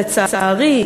לצערי,